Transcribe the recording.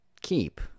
keep